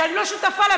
שאני לא שותפה לה,